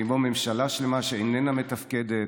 ועימו ממשלה שלמה שאיננה מתפקדת,